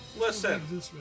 Listen